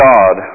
God